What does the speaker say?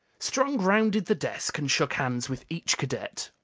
strong rounded the desk and shook hands with each cadet.